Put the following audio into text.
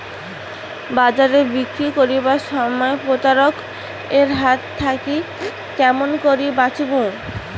বাজারে বিক্রি করিবার সময় প্রতারক এর হাত থাকি কেমন করি বাঁচিমু?